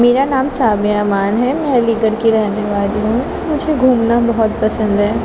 میرا نام سامعہ امان ہے میں علی گڑھ کی رہنے والی ہوں مجھے گھومنا بہت پسند ہے